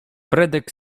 fredek